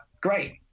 great